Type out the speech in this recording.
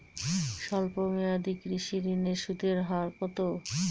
স্বল্প মেয়াদী কৃষি ঋণের সুদের হার কত?